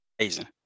Amazing